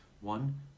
One